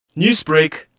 Newsbreak